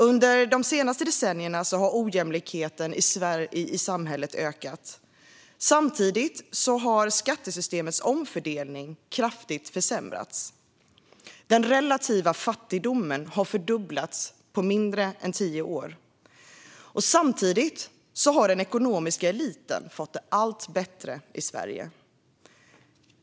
Under de senaste decennierna har ojämlikheten i samhället ökat. Samtidigt har skattesystemets omfördelning kraftigt försämrats. Den relativa fattigdomen har fördubblats på mindre än tio år. Samtidigt har den ekonomiska eliten fått det allt bättre i Sverige.